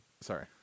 Sorry